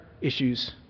issues